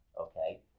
Okay